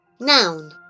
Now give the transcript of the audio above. Noun